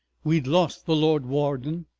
we'd lost the lord warden.